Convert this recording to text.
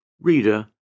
Reader